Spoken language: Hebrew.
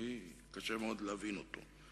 קשה לי מאוד להבין אותו.